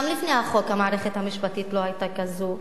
גם לפני החוק המערכת המשפטית לא היתה כזו.